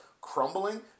crumbling